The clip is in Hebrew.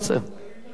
אדוני ימשיך.